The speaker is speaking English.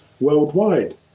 worldwide